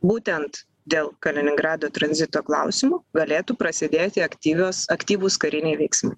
būtent dėl kaliningrado tranzito klausimų galėtų prasidėti aktyvios aktyvūs kariniai veiksmai